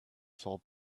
saw